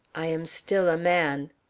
i am still a man.